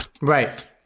Right